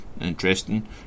interesting